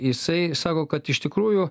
jisai sako kad iš tikrųjų